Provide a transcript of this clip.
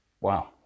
wow